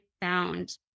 found